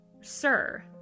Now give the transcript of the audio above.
Sir